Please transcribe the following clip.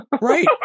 right